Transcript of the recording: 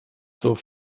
zur